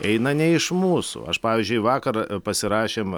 eina ne iš mūsų aš pavyzdžiui vakar pasirašėm